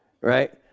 Right